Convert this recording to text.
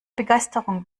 begeisterung